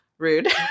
rude